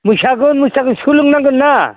मोसागोन मोसागोन सोलोंनांगोन ना